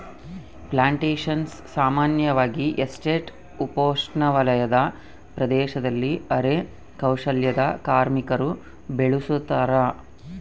plantations ಸಾಮಾನ್ಯವಾಗಿ estate ಉಪೋಷ್ಣವಲಯದ ಪ್ರದೇಶದಲ್ಲಿ ಅರೆ ಕೌಶಲ್ಯದ ಕಾರ್ಮಿಕರು ಬೆಳುಸತಾರ